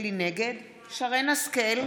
אינו נוכח סונדוס סאלח,